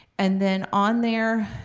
and then, on there,